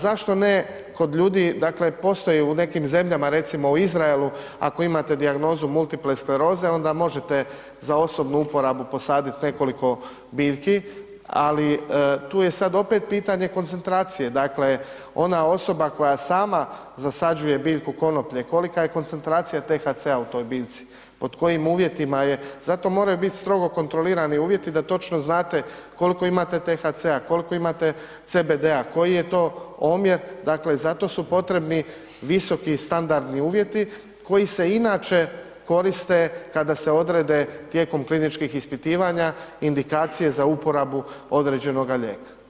Zašto ne kod ljudi, dakle postoje u nekim zemljama, recimo u Izraelu ako imate dijagnozu multiple skleroze onda možete za osobnu uporabu posadit nekoliko biljki, ali tu je sad opet pitanje koncentracije, dakle ona osoba koja sama zasađuje biljku konoplje kolika je koncentracija THC-a u toj biljci, pod kojim uvjetima je, zato moraju bit strogo kontrolirani uvjeti da točno znate koliko imate THC-a, koliko imate CBD-a, koji je to omjer, dakle zato su potrebni visoki standardni uvjeti koji se inače koriste kada se odrede tijekom kliničkih ispitivanja indikacije za uporabu određenoga lijeka